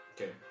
Okay